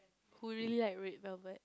who really like red velvet